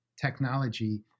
technology